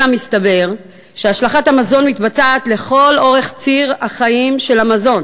אלא מסתבר שהשלכת המזון מתבצעת לאורך ציר החיים של המזון,